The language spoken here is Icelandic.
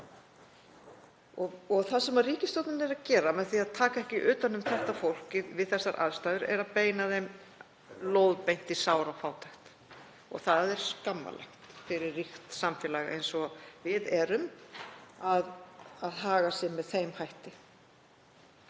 Það sem ríkisstjórnin er að gera með því að taka ekki utan um þetta fólk við slíkar aðstæður er að beina því lóðbeint í sárafátækt og það er skammarlegt fyrir ríkt samfélag eins og við erum að haga sér með þeim hætti.